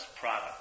product